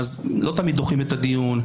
לא תמיד דוחים את הדיון,